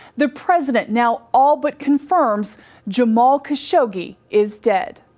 the president now all but confirms jamal can show he is dead.